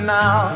now